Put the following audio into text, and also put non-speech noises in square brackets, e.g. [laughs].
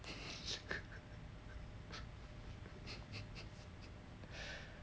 [laughs]